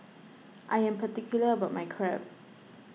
I am particular about my Crepe